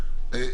חשבון תקין.